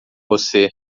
você